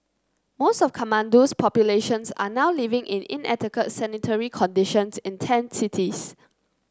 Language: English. most of Kathmandu's populations are now living in inadequate sanitary conditions in tent cities